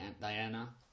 Diana